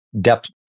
depth